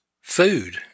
food